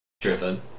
driven